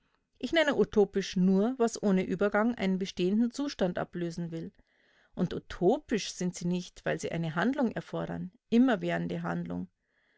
ich nenne utopisch nur was ohne übergang einen bestehenden zustand ablösen will und utopisch sind sie nicht weil sie eine handlung erfordern immerwährende handlung